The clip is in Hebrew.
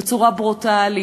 בצורה ברוטלית,